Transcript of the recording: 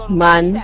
man